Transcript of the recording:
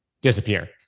disappear